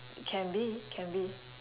can be can be